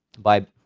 by,